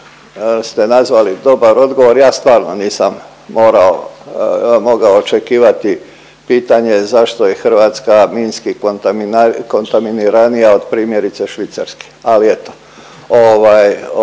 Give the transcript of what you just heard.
ste nazvali dobar odgovor. Ja stvarno nisam morao, mogao očekivati pitanje zašto je Hrvatska minski kontaminiranija od primjerice Švicarske. Ali eto. Ovaj,